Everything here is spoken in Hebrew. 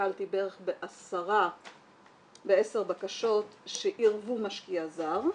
נתקלתי בערך בעשר בקשות שעירבו משקיע זר.